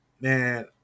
man